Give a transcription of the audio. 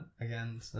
again